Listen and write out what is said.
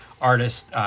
Artist